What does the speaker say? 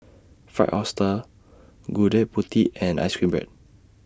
Fried Oyster Gudeg Putih and Ice Cream Bread